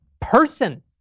person